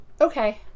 okay